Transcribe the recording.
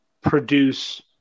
produce